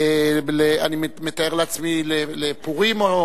אני מתאר לעצמי לפורים.